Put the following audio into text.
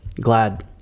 glad